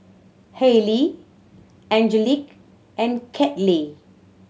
Halie Angelic and Kathey